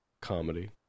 comedy